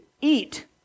eat